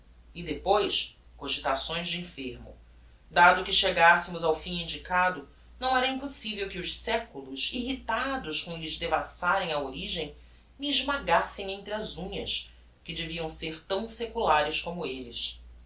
e depois cogitações de enfermo dado que chegassemos ao fim indicado não era impossivel que os seculos irritados com lhes devassarem a origem me esmagassem entre as unhas que deviam ser tão seculares como elles